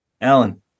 Alan